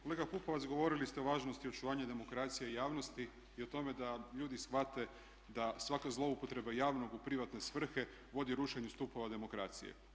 Kolega Pupovac, govorili ste o važnosti očuvanja demokracije i javnosti i o tome da ljudi shvate da svaka zloupotreba javnog u privatne svrhe vodi rušenju stupova demokracije.